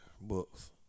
books